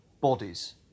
bodies